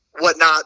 whatnot